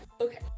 Okay